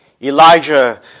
Elijah